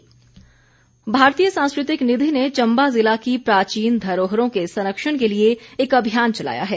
अभियान भारतीय सांस्कृतिक निधि ने चम्बा जिला की प्राचीन धरोहरों के संरक्षण के लिए एक अभियान चलाया है